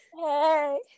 hey